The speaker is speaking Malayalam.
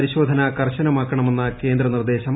പരിശോധന കർശനമാക്കണമെന്ന് കേന്ദ്ര നിർദ്ദേശം